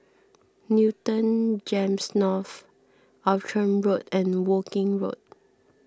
Newton Gems North Outram Road and Woking Road